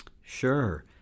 Sure